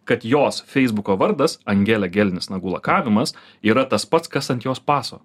kad jos feisbuko vardas angelė gelinis nagų lakavimas yra tas pats kas ant jos paso